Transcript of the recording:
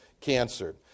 cancer